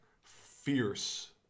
fierce